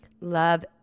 Love